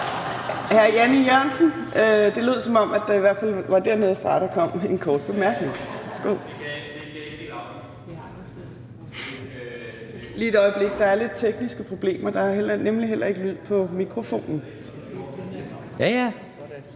Hr. Jan E. Jørgensen. Det lød, som om det var dernedefra, der kom en kort bemærkning. Værsgo. Lige et øjeblik, der er lidt tekniske problemer. Der er nemlig heller ikke lyd på mikrofonen ...